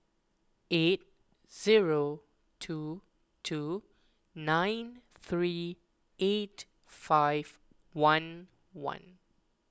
eight zero two two nine three eight five one one